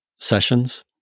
sessions